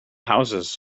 houses